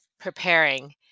preparing